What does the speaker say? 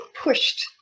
pushed